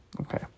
Okay